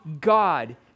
God